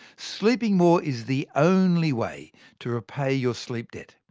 sleeping more is the only way to repay your sleep debt.